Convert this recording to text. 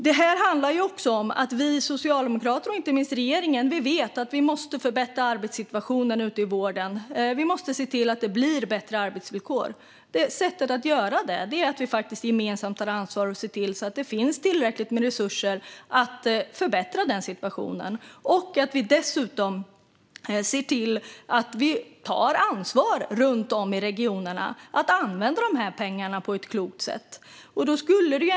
Detta handlar också om att vi socialdemokrater, och inte minst regeringen, vet att vi måste förbättra arbetssituationen ute i vården. Vi måste se till att det blir bättre arbetsvillkor. Sättet att göra detta är att vi gemensamt tar ansvar och ser till att det finns tillräckligt med resurser för att förbättra situationen och att vi dessutom ser till att vi tar ansvar runt om i regionerna för att använda dessa pengar på ett klokt sätt.